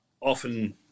often